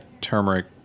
turmeric